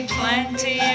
plenty